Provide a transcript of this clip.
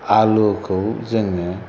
आलुखौ जोङो